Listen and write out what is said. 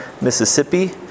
Mississippi